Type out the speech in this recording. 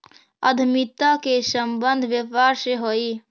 उद्यमिता के संबंध व्यापार से हई